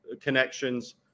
connections